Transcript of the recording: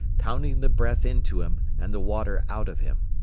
pounding the breath into him and the water out of him.